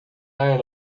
iron